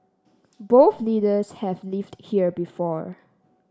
both leaders have lived here before